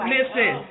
Listen